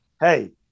Hey